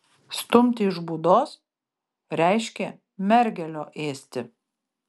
stumti iš būdos reiškė mergelio ėsti